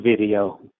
video